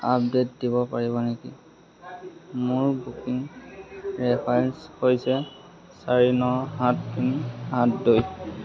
update দিব পাৰিব নেকি মোৰ বুকিং ৰেফাৰেন্স হৈছে চাৰি ন সাত তিনি সাত দুই